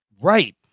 Right